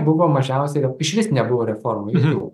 buvo mažiausiai išvis nebuvo reformų jokių